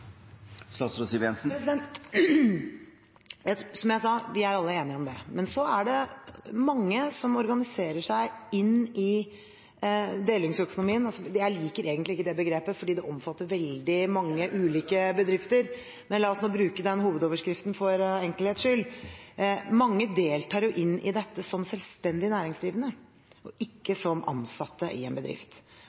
Som jeg sa, vi er alle enige om det. Men det er mange som organiserer seg inn i delingsøkonomien – jeg liker egentlig ikke det begrepet fordi det omfatter veldig mange ulike bedrifter, men la oss nå bruke den hovedoverskriften for enkelhets skyld. Mange deltar i dette som selvstendig næringsdrivende og ikke som ansatte i en bedrift.